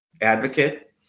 advocate